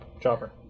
chopper